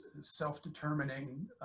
self-determining